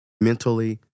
mentally